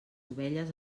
ovelles